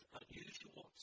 unusual